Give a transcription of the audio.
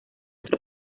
otro